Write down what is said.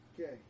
Okay